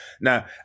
Now